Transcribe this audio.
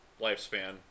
lifespan